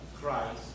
Christ